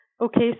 Okay